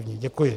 Děkuji.